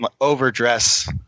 overdress